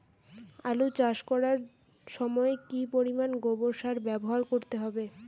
আলু চাষ করার সময় কি পরিমাণ গোবর সার ব্যবহার করতে হবে?